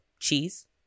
cheese